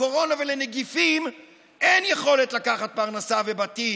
לקורונה ולנגיפים אין יכולת לקחת פרנסה ובתים,